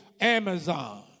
Amazon